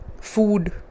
food